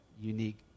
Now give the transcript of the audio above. unique